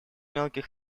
мелких